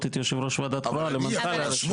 את יושב ראש ועדה קרואה למנכ"ל הרשות.